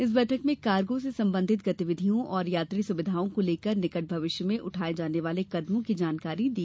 इस बैठक में कार्गो से संबंधित गतिविधियों और यात्री सुविधाओं को लेकर निकट भविष्य में उठाये जाने वाले कदमों की जानकारी दी